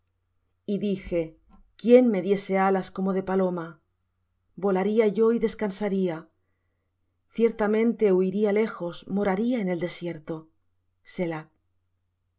y dije quién me diese alas como de paloma volaría yo y descansaría ciertamente huiría lejos moraría en el desierto